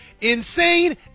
insane